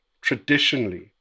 traditionally